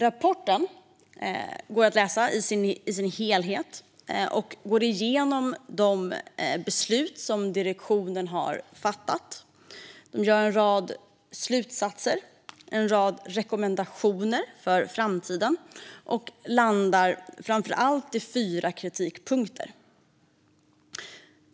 Rapporten, som går att läsa i sin helhet, går igenom de beslut som direktionen fattat, kommer med en rad slutsatser och rekommendationer för framtiden samt landar i fyra kritikpunkter.